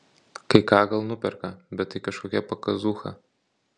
kai ką gal nuperka bet tai kažkokia pakazūcha